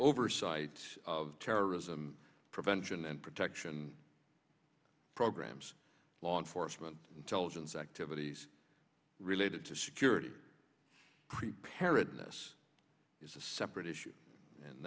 oversight of terrorism prevention and protection programs law enforcement intelligence activities related to security preparedness is a separate issue and